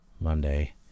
Monday